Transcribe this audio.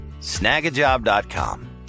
Snagajob.com